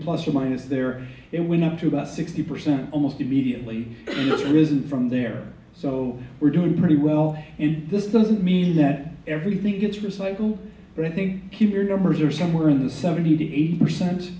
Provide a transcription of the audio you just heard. plus or minus there it went up to about sixty percent almost immediately from there so we're doing pretty well in this doesn't mean that everything gets recycled but i think your numbers are somewhere in the seventy to eighty percent